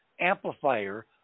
amplifier